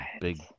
big